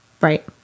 Right